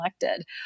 elected